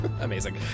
Amazing